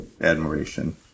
admiration